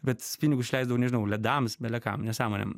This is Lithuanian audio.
bet pinigus išleisdavau nežinau ledams belekam nesąmonėm